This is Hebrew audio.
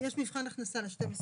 יש מבחן הכנסה ל-12 שעות.